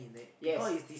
yes